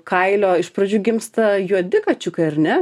kailio iš pradžių gimsta juodi kačiukai ar ne